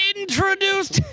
Introduced